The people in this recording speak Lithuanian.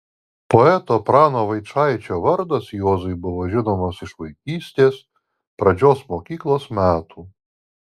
poeto prano vaičaičio vardas juozui buvo žinomas iš vaikystės pradžios mokyklos metų